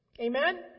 Amen